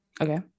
Okay